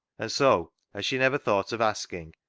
and so, as she never thought of asking,